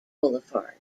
boulevard